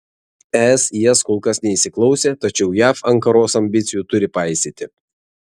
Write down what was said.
es į jas kol kas neįsiklausė tačiau jav ankaros ambicijų turi paisyti